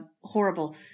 horrible